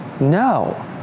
No